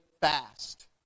fast